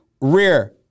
rear